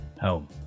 home